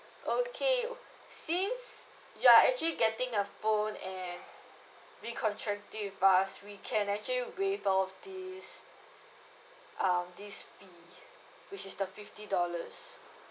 okay since you're actually getting a phone and recontracting with us we can actually waive off this um this fee which is the fifty dollars